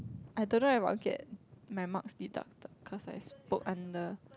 I don't know if I'll get my marks deducted cause I spoke under